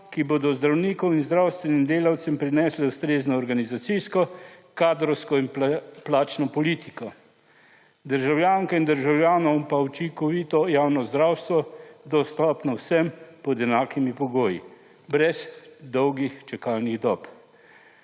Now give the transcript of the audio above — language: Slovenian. ki bodo zdravnikom in zdravstvenim delavcem prinesle ustrezno organizacijsko, kadrovsko in plačno politiko. Državljankam in državljanom pa učinkovito javno zdravstvo dostopno vsem pod enakimi pogoji, brez dolgih čakalnih dob.